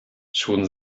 schon